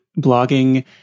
blogging